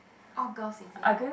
all girls is it